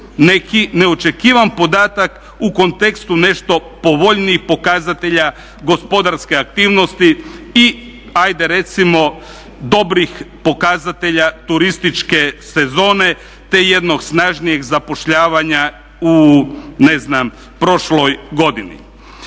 neki neočekivan podatak u kontekstu nešto povoljnijih pokazatelja gospodarske aktivnosti i ajde recimo dobrih pokazatelja turističke sezone, te jednog snažnijeg zapošljavanja u ne znam prošloj godini.